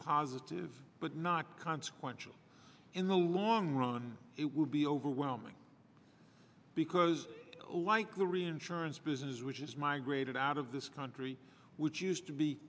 positive but not consequential in the long run it would be overwhelming because like the reinsurance business which is migrated out of this country which used to be